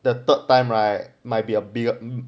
the third time right might be a bigger